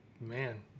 man